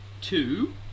two